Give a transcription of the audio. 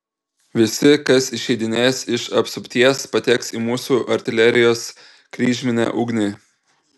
visi kas išeidinės iš apsupties pateks į mūsų artilerijos kryžminę ugnį